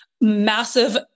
massive